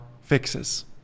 fixes